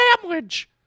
sandwich